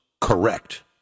correct